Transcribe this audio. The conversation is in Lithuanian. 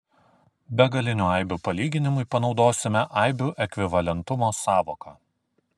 begalinių aibių palyginimui panaudosime aibių ekvivalentumo sąvoką